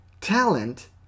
Talent